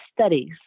studies